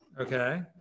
Okay